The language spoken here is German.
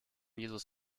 jesus